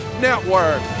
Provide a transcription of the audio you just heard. Network